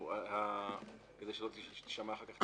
הגורמים המקצועיים זו אמירה כללית מדיי.